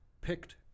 picked